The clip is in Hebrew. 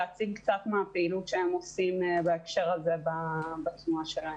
להציג קצת מהפעילות שהם עושים בהקשר הזה בתנועה שלהם.